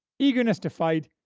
eagerness to fight,